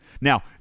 now